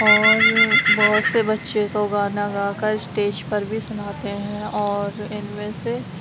اور بہت سے بچے تو گانا گا کراسٹیج پر بھی سناتے ہیں اور ان میں سے